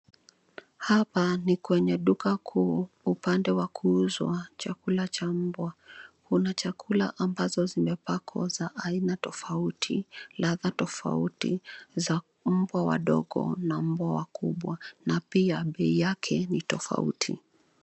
Hapa ni kwenye duka kuu upande wa kuuzwa chakula cha mbwa. Kuna chakula ambazo zimepakwa za aina tofauti, ladha tofauti za mbwa wadogo na mbwa wakubwa, na pia bei yake ni tofauti.